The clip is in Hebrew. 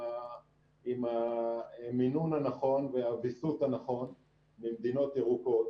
עם המינון הנכון ועם הוויסות הנכון ממדינות ירוקות,